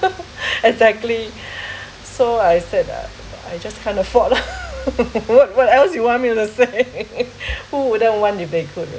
exactly so I said uh I just can't afford what what else you want me to say who wouldn't want if they could